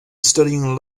studying